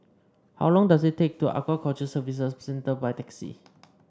how long does it take to Aquaculture Services Centre by taxi